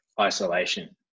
isolation